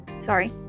Sorry